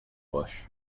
bush